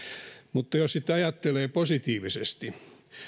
mutta jos sitten ajattelee positiivisesti